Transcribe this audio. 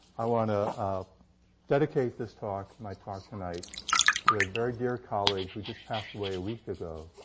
i want to ah dedicate this talk my talk tonight to a very dear colleague who just passed away a week ago,